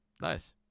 Nice